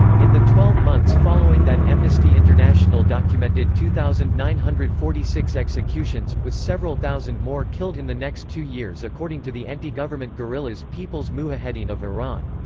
in the twelve months following that amnesty international documented two thousand nine hundred and forty six executions, with several thousand more killed in the next two years according to the anti-government guerillas people's mujahedin of iran.